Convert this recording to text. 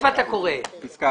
המקורי.